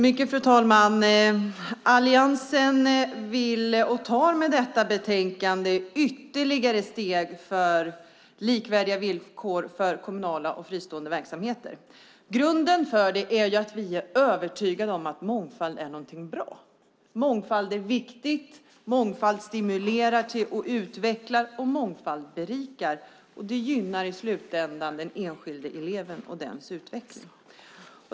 Fru talman! Alliansen tar med detta betänkande ytterligare steg för likvärdiga villkor för kommunala och fristående verksamheter. Grunden för det är att vi är övertygade om att mångfald är något bra. Mångfald är viktigt. Mångfald stimulerar, utvecklar och berikar. Det gynnar i slutändan den enskilda eleven och dennes utveckling.